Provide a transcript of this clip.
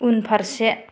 उनफारसे